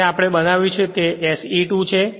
જે આપણે બનાવ્યું છે તે SE2 છે